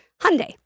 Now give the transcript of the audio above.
Hyundai